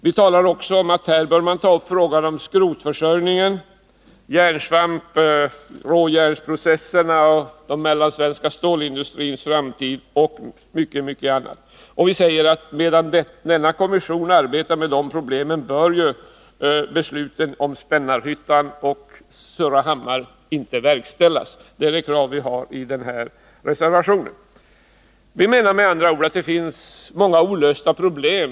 Vi anför också att man bör ta upp frågor om skrotförsörjning, järnsvamp, råjärnsprocesser, den mellansvenska stålindustrins framtid och mycket annat. Vidare anför vi att medan kommissionen arbetar med de problemen bör inte besluten om Surahammar och Spännarhyttan verkställas. Det är de krav vi framför i den reservationen. Vi menar med andra ord att det finns många olösta problem.